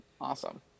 Awesome